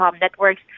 networks